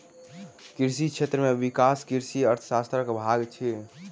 कृषि क्षेत्र में विकास कृषि अर्थशास्त्रक भाग अछि